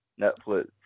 Netflix